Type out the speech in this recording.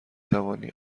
توانی